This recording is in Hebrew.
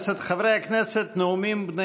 חברי הכנסת מיקי חיימוביץ' ואלי